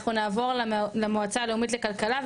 אנחנו נעבור למועצה הלאומית לכלכלה,